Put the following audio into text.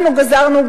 אנחנו גזרנו,